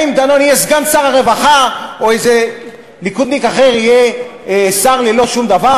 האם דנון יהיה סגן שר הרווחה או איזה ליכודניק אחר יהיה שר ללא-שום-דבר?